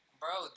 bro